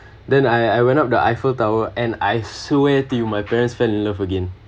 then I I went up the eiffel tower and I swear to you my parents fell in love again